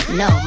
no